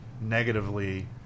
negatively